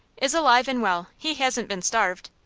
is alive and well. he hasn't been starved.